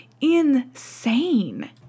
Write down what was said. insane